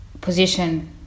position